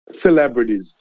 celebrities